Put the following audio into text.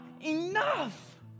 Enough